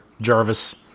Jarvis